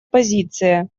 позиции